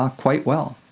ah quite well.